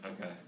Okay